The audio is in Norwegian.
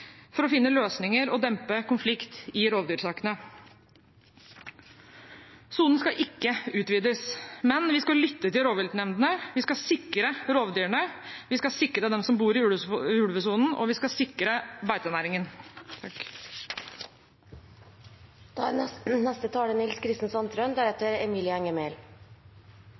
for å finne løsninger og dempe konflikter i rovdyrsakene. Sonen skal ikke utvides, men vi skal lytte til rovviltnemndene, vi skal sikre rovdyrene, vi skal sikre dem som bor i ulvesonen, og vi skal sikre beitenæringen.